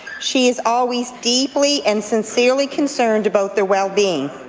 she is always deeply and sincerely concerned about their well-being.